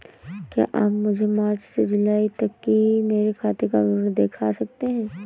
क्या आप मुझे मार्च से जूलाई तक की मेरे खाता का विवरण दिखा सकते हैं?